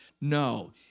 No